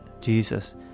Jesus